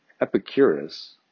Epicurus